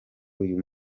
uyu